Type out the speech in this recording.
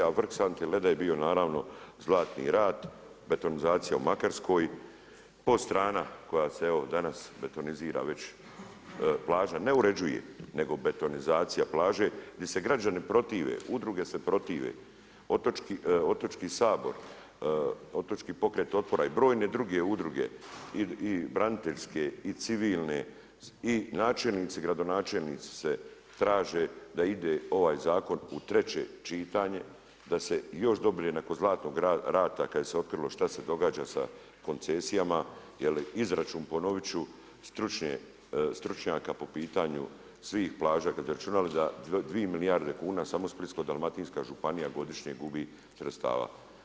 A vrh sante leda bio je naravno Zlatni rad, betonizacija u Makarskoj, Podstrana koja se evo danas betonizira plaža, ne uređuje nego betonizacija plaže gdje se građani protive, udruge se protive, otočki sabor, otočki pokret otpora i brojne druge udruge i braniteljske i civilne i načelnici i gradonačelnici se traže da ide ovaj zakon u treće čitanje da se još dobije nakon Zlatnog rata kada se otkrilo šta se događa sa koncesijama jel izračun ponovit ću stručnjaka po pitanju svih plaža kada bi izračunali da dvije milijarde kuna samo Splitsko-dalmatinska županija godišnje gubi sredstava.